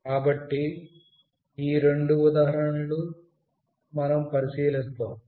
కాబట్టి ఈ రెండు ఉదాహరణ లు మనం పరిశీలిస్తాము